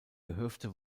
gehöfte